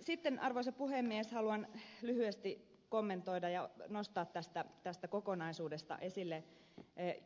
sitten arvoisa puhemies haluan lyhyesti kommentoida ja nostaa tästä kokonaisuudesta esille